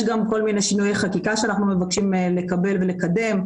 יש גם כל מיני שינויי חקיקה שאנחנו מבקשים לקבל ולקדם.